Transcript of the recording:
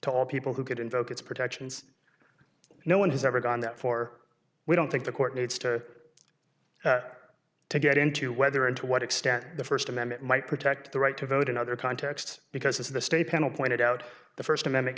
to all people who could invoke its protections no one has ever gone that for we don't think the court needs to get into whether and to what extent the first amendment might protect the right to vote in other contexts because the state panel pointed out the first amendment